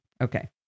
okay